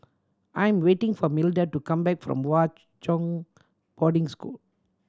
I am waiting for Milda to come back from Hwa Chong Boarding School